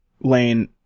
Lane